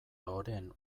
loreen